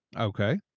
Okay